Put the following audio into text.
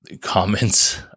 comments